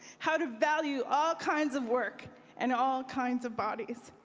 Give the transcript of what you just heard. how to value all kinds of work and all kinds of bodies.